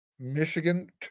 Michigan